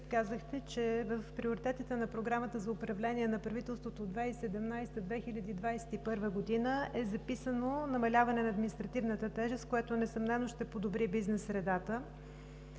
казахте, че в приоритетите на Програмата за управление на правителството за 2017 – 2021 г. е записано намаляване на административната тежест, което несъмнено ще подобри бизнес средата.